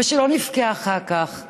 ושלא נבכה אחר כך.